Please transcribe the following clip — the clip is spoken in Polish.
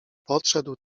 podszedł